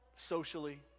Socially